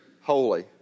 Holy